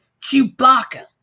Chewbacca